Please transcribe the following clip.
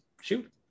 Shoot